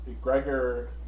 Gregor